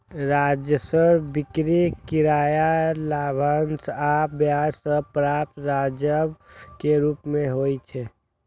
राजस्व बिक्री, किराया, लाभांश आ ब्याज सं प्राप्त राजस्व के रूप मे होइ छै